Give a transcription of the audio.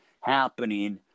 happening